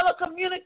telecommunications